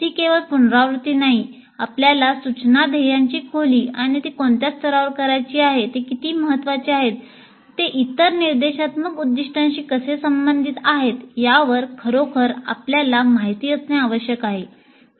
ती केवळ पुनरावृत्ती नाही आपल्याला सूचना ध्येयांची खोली किंवा ती कोणत्या स्तरावर करायची आहे ते किती महत्त्वाचे आहे ते इतर निर्देशात्मक उद्दीष्टांशी कसे संबंधित आहे याविषयी खरोखर आपल्याला माहिती असणे आवश्यक आहे